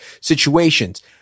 situations